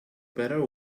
better